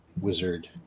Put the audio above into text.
wizard